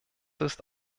ist